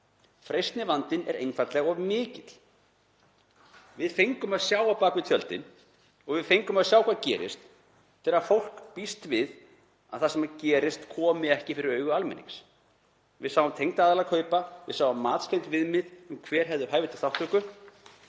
Freistnivandinn er einfaldlega of mikill. Við fengum að sjá á bak við tjöldin og við fengum að sjá hvað gerist þegar fólk býst við að það sem gerist komi ekki fyrir augu almennings. Við sáum tengda aðila kaupa, við sáum matskennd viðmið um hver hefði hæfi til þátttöku.